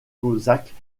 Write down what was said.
cosaques